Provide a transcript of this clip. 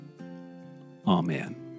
Amen